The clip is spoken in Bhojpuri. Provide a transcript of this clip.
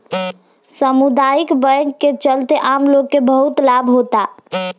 सामुदायिक बैंक के चलते आम लोग के बहुत लाभ होता